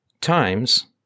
times